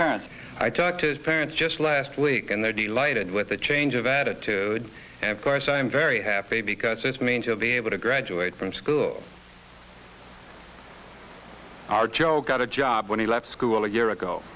parents i talked to his parents just last week and their deal lighted with a change of attitude and course i'm very happy because it means you'll be able to graduate from school are joe got a job when he left school a year ago